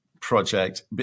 project